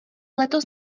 letos